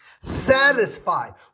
satisfied